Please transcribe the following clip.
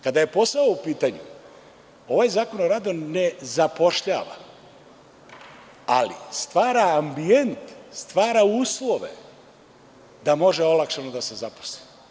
Kada je posao u pitanju, ovaj Zakon o radu ne zapošljava, ali stvara ambijent i stvara uslove da može olakšano da se zaposli.